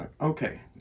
Okay